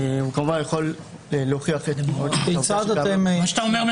כמובן הוא יכול להוכיח --- מה שאתה אומר,